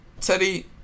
Teddy